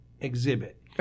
exhibit